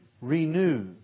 renew